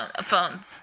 phones